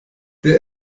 der